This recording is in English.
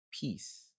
peace